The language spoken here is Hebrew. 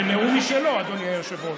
חבר הכנסת פורר בנאום משלו, אדוני היושב-ראש.